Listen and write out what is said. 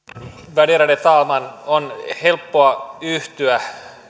värderade talman on helppoa yhtyä